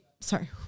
sorry